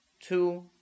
two